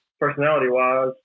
personality-wise